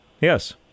Yes